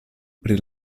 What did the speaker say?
pri